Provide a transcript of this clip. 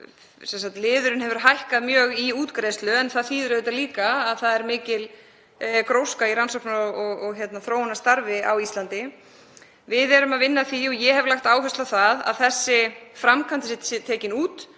að liðurinn hefur hækkað mjög í útgreiðslu en það þýðir líka að mikil gróska er í rannsókna- og þróunarstarfi á Íslandi. Við erum að vinna að því og ég hef lagt áherslu á það að þessi framkvæmd sé tekin út